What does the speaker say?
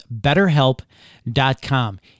BetterHelp.com